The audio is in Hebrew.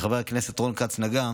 שחבר הכנסת רון כץ נגע בה,